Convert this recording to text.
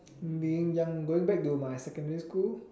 being young going back to my secondary school